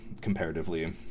comparatively